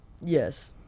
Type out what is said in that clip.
Yes